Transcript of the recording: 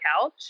couch